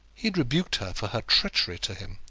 he had rebuked her for her treachery to him.